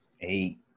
Eight